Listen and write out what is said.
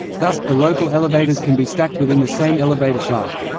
thus, the local elevators can be stacked within the same elevator shaft.